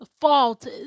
fault